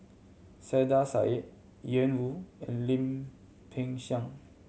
Saiedah Said Ian Woo and Lim Peng Siang